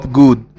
good